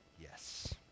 Yes